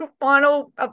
final